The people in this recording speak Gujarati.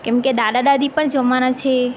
કેમ કે દાદા દાદી પણ જમવાના છે